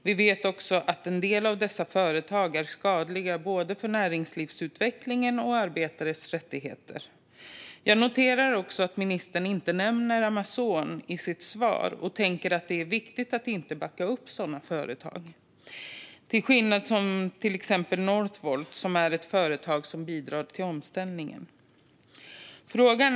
Vi vet också att en del av dessa företag är skadliga både för näringslivsutvecklingen och för arbetares rättigheter. Jag noterar att ministern inte nämner Amazon i sitt svar. Det är viktigt att inte backa upp sådana företag, till skillnad från Northvolt, ett företag som bidrar till omställningen.